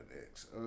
next